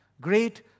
great